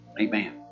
Amen